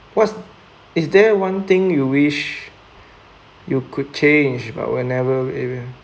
cause is there one thing you wish you could change but will never be able